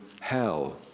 hell